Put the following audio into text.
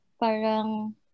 parang